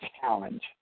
challenge